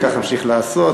וכך אמשיך לעשות,